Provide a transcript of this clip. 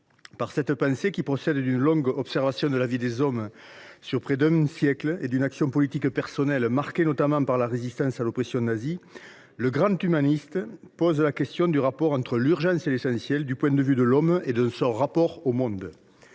Par cette pensée, qui procède d’une longue observation de la vie des hommes sur près d’un siècle et d’une action politique personnelle marquée notamment par la résistance à l’oppression nazie, le grand humaniste pose la question du rapport entre l’urgence et l’essentiel du point de vue de l’homme et de son rapport au monde.